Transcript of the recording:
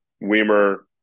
Weimer